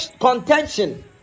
contention